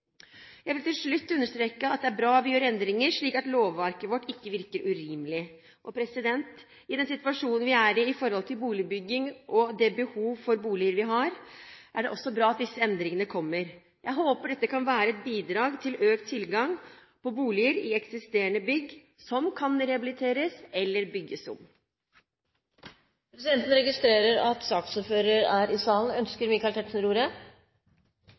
Jeg vil til slutt understreke at det er bra vi gjør endringer, slik at lovverket vårt ikke virker urimelig. I den situasjonen vi er i i forhold til boligbygging, og det behov for boliger vi har, er det også bra at disse endringene kommer. Jeg håper dette kan være et bidrag til økt tilgang på boliger i eksisterende bygg som kan rehabiliteres eller bygges om. Presidenten registrerer at saksordføreren er i salen. Ønsker Michael Tetzschner ordet?